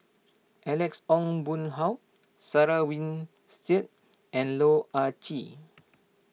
Alex Ong Boon Hau Sarah Winstedt and Loh Ah Chee